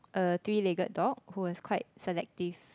uh three legged dog who was quite selective